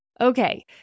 Okay